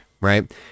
Right